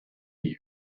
view